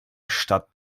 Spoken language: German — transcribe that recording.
statt